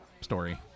story